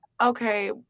Okay